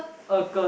Er-Gen